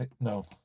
no